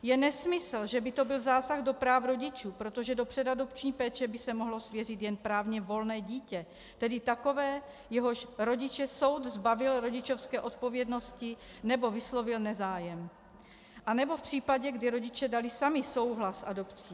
Je nesmysl, že by to byl zásah do práv rodičů, protože do předadopční péče by se mohlo svěřit jen právně volné dítě, tedy takové, jehož rodiče soud zbavil rodičovské odpovědnosti nebo vyslovil nezájem, anebo v případě, kdy rodiče dali sami souhlas s adopcí.